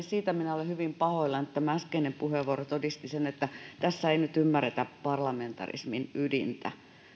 siitä minä olen hyvin pahoillani että tämä äskeinen puheenvuoro todisti sen että tässä ei nyt ymmärretä parlamentarismin ydintä